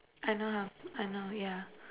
I know I'll speak I know yeah